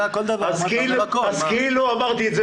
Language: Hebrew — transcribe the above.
אז כאילו אמרתי את זה